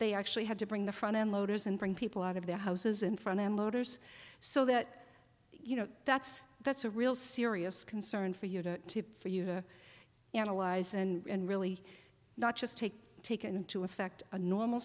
they actually had to bring the front end loaders and bring people out of their houses in front end loaders so that you know that's that's a real serious concern for you to to for you to analyze and really not just take take into effect a normal